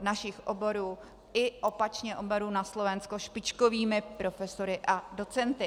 našich oborů i opačně oborů na Slovensku špičkovými profesory a docenty.